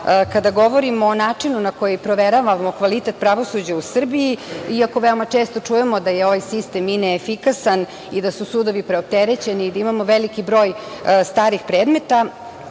kada govorimo o načinu na koji proveravamo kvalitet pravosuđa u Srbiji, iako veoma često čujemo da je ovaj sistem i neefikasan i da su sudovi preopterećeni i da imamo veliki broj starih predmeta,